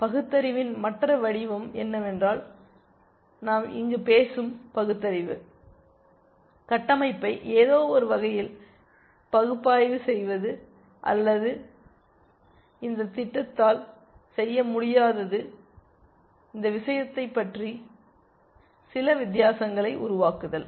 பகுத்தறிவின் மற்ற வடிவம் என்னவென்றால் நாம் இங்கு பேசும் பகுத்தறிவு கட்டமைப்பை ஏதோவொரு வகையில் பகுப்பாய்வு செய்வது அல்லது இந்த திட்டத்தால் செய்ய முடியாத இந்த விஷயத்தைப் பற்றி சில வித்தியாசங்களை உருவாக்குதல்